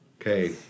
Okay